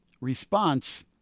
response